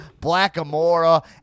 Blackamora